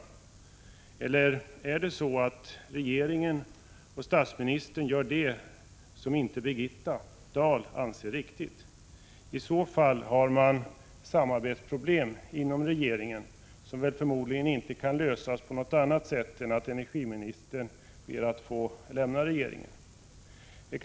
Eller är det så att regeringen och statsministern gör det som inte Birgitta Dahl anser vara riktigt? I så fall har man samarbetsproblem inom regeringen, vilka förmodligen inte kan lösas på annat sätt än genom att energiministern ber att få lämna regeringen.